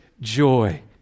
joy